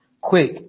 quick